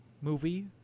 movie